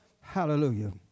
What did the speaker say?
Hallelujah